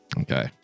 Okay